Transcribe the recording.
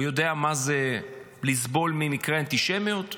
הוא יודע מה זה לסבול ממקרי אנטישמיות.